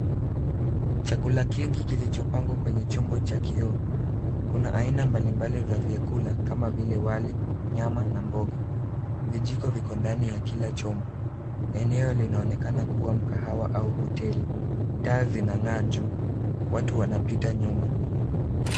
Chakula kingi kilichopangwa kwenye chombo cha kioo. Kuna aina mbalimbali za vyakula kama vile wali nyama na mboga. Vijiko viko ndani ya kila chombo. Eneo linaonekana kuwa mkahawa au hoteli. Taa zinang'aa juu. Watu wanapita nyuma.